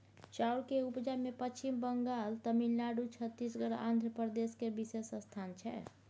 चाउर के उपजा मे पच्छिम बंगाल, तमिलनाडु, छत्तीसगढ़, आंध्र प्रदेश केर विशेष स्थान छै